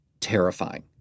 terrifying